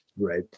right